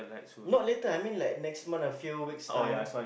not later I mean like next month a few weeks time